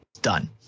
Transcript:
done